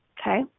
okay